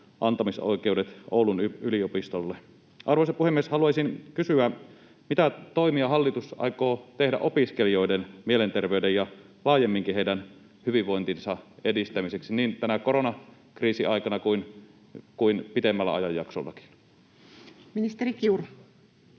antamisoikeudet Oulun yliopistolle. Arvoisa puhemies! Haluaisin kysyä: mitä toimia hallitus aikoo tehdä opiskelijoiden mielenterveyden ja laajemminkin heidän hyvinvointinsa edistämiseksi niin tänä koronakriisiaikana kuin pitemmälläkin ajanjaksolla? [Speech 93]